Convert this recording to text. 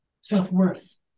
self-worth